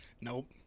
Nope